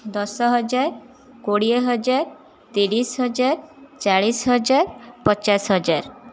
ଦଶ ହଜାର କୋଡ଼ିଏ ହଜାର ତିରିଶ ହଜାର ଚାଳିଶ ହଜାର ପଚାଶ ହଜାର